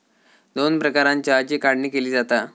दोन प्रकारानं चहाची काढणी केली जाता